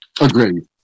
Agreed